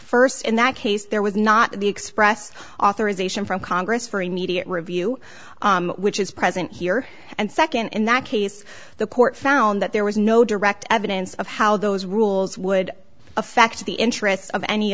ways st in that case there was not the express authorization from congress for immediate review which is present here and nd in that case the court found that there was no direct evidence of how those rules would affect the interests of any